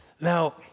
Now